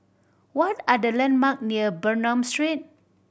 what are the landmark near Bernam Street